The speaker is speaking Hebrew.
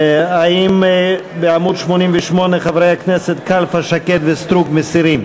משרד החינוך, לשנת